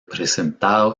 presentado